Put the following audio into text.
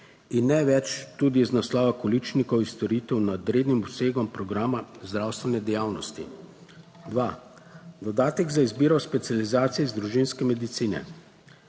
in ne več tudi iz naslova količnikov in storitev nad rednim obsegom programa zdravstvene dejavnosti. Dva, dodatek za izbiro specializacije iz družinske medicine.